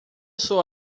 sou